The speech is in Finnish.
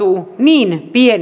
niin pienelle joukolle